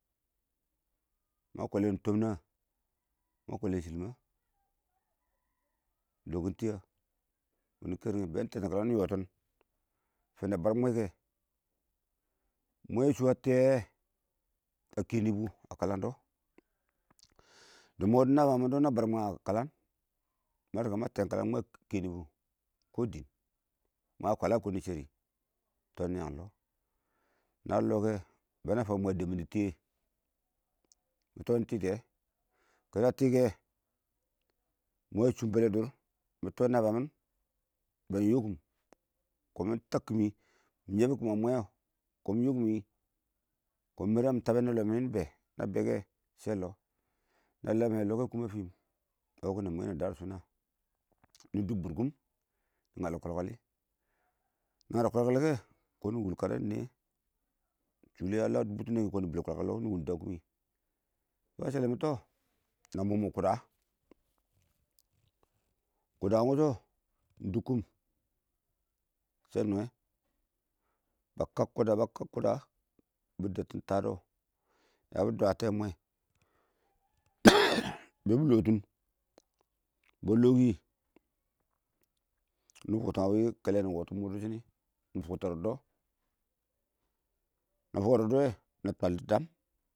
Ma kwalɛn tɔmna, ma kwalɛn chilmə iɪng dɔnging tiyɛ wini iɪng kərngin bɛni tɛtin kalan nɪ yɛtin, fii na bar mwɛ kɛ mwɛ shʊ a tiyɛ wɛ a keni bʊ a kalandɔ, dimɔ dɪ naan biyang mindɔ na bar mwɛ a kalan, ma ma tɛm kalam kɔɔ dɪn mwɛ a kɛni nʊ mwɛ a kwala kɔn nɪ sharitɔ nɪ yanging lo nɪ ya lɔ kɛ bɛ nɪ fan mwɛ a dɛb mini tiyɛ mɪ tɛ nɪ titimɛ kina tikɛ mwɛ a shʊm bɛlɛ dʊr mitɔ naan biyang mɪn bɛ, yokim kɔn mɪ tabkim mɪ yabbir kɪm a mwɛ ɛ kɔn mɪ yɔ kimi kʊn mɪ mar ya mɪ tabbɛ nɛ longɪm mɪ bɛ nɛ bɛ kɛ shɛ iɔ na lammɔ lɛ kɛ kumɪ, a firn na mar na dadi shʊn na nɪ dʊb bʊrkʊm nɪ ngare kwal kwaki na ngare kwalkwali kɛ kɔn nɪ wul kədə nitɛ shʊli a lwa mʊttʊ nɪyɛ kɪ kɔn nɪ wultu kwalkwali wɔ nɪ wangta kʊrɛ fɪ a shɛlɛ kɛ mɪ, tɔ na mʊmʊ kʊda kʊda wʊ iɪng wʊshɔ iɪng dʊkkʊm shɛ nungɛ ba kəm kʊda, ba kəm kʊda bɪ dɛbtin tadɛ, yabɪ dwate mwɛ bebi litin ba lowi nɪ fʊktin a wɪɪn kɛlɛ nɪ wɔɔtin mʊdʊ dɪ shɔ nɪ nɪ fʊkte rɔddɔ, na fʊkke rɔddɔ wɛ na twal dɪ dam.